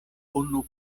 unu